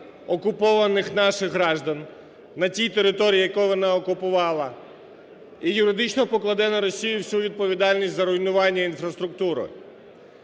окупованих наших громадян на тій території, яку вона окупувала, і юридично покладе на Росію всю відповідальність за руйнування інфраструктури.